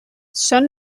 són